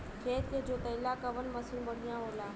खेत के जोतईला कवन मसीन बढ़ियां होला?